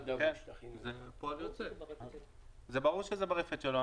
-- זה ברור שזה ברפת שלו.